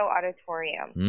Auditorium